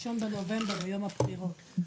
ה-1 בנובמבר ביום הבחירות.